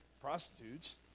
prostitutes